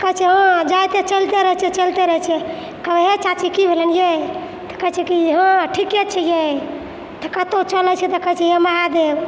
तऽ कहै छै हँ जाइ तऽ चलिते रहै छियै चलिते रहै छियै कहै हे चाची कि भेलनि ये तऽ कहे छै कि हँ ठीके छी ये तऽ कतौ चलै छी तऽ कहै छी हे महादेव